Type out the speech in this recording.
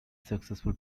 successful